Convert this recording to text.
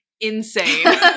insane